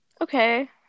Okay